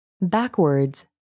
Backwards